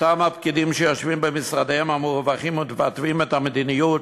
אותם הפקידים שיושבים במשרדיהם המרווחים ומתווים את המדיניות,